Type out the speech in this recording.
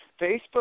Facebook